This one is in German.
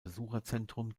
besucherzentrum